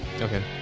Okay